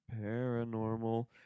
Paranormal